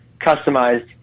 customized